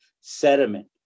sediment